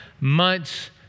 months